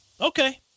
Okay